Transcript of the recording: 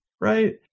Right